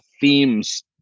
themes